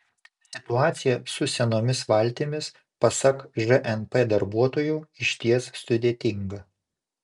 situacija su senomis valtimis pasak žnp darbuotojų išties sudėtinga